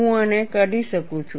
હું આને કાઢી શકું છું